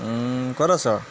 ক'ত আছা